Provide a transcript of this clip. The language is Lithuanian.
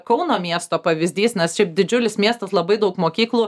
kauno miesto pavyzdys nes šiaip didžiulis miestas labai daug mokyklų